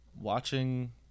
watching